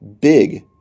big